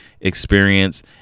experience